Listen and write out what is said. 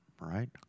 right